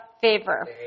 favor